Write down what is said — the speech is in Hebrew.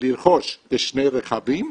לרכוש כשני רכבים,